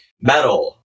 metal